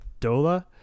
Dola